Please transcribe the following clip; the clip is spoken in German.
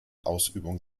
ausübung